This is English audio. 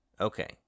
Okay